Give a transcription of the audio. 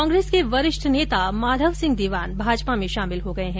कांग्रेस के वरिष्ठ नेता माधव सिंह दीवान भाजपा में शामिल हो गये है